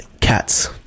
cats